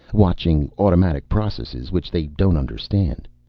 watching automatic processes which they don't understand.